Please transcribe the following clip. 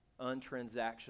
untransactional